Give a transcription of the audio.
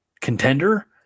contender